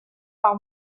par